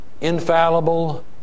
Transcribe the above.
infallible